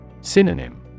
Synonym